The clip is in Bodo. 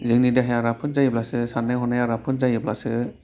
जोंनि देहाया राफोद जायोब्लासो साननाय हनाया राफोद जायोब्लासो